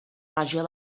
regió